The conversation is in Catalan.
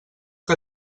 que